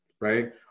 right